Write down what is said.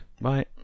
Bye